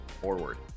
forward